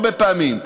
הרבה פעמים,